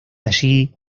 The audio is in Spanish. allí